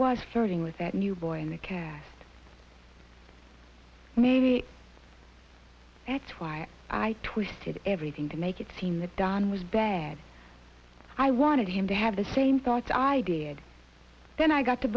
was serving with that new boy in the care that's why i twisted everything to make it seem that dan was bad i wanted him to have the same thoughts i did then i got to